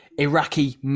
Iraqi